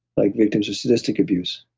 like victims of sadistic abuse.